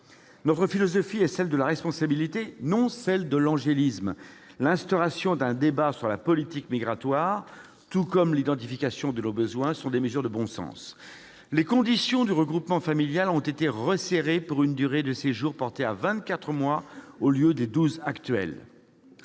Notre philosophie est celle de la responsabilité, non celle de l'angélisme. L'instauration d'un débat sur la politique migratoire, tout comme l'identification de nos besoins, est une mesure de bon sens. Les conditions du regroupement familial ont été restreintes l'augmentation de la durée de séjour, portée à vingt-quatre mois au lieu des douze